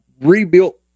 rebuilt